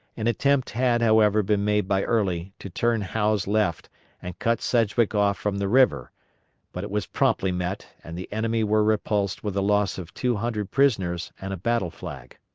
an attempt had, however, been made by early to turn howe's left and cut sedgwick off from the river but it was promptly met and the enemy were repulsed with a loss of two hundred prisoners and a battle-flag.